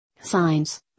Signs